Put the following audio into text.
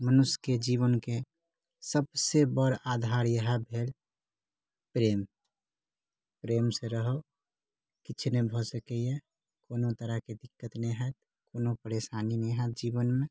मनुष्यके जीवनके सबसे बड़ आधार इएह भेल प्रेम प्रेम से रहब किछ नहि भऽ सकैए कोनो तरहकेँ दिक्कत नहि होयत कोनो परेशानी नहि होयत जीवनमे